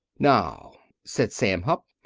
now, said sam hupp,